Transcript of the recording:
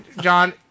John